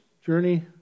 journey